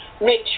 Rich